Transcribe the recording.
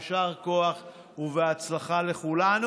יישר כוח ובהצלחה לכולנו.